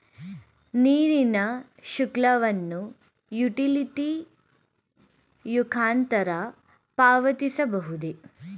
ನೀರಿನ ಶುಲ್ಕವನ್ನು ಯುಟಿಲಿಟಿ ಮುಖಾಂತರ ಪಾವತಿಸಬಹುದೇ?